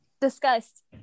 discussed